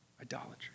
Idolatry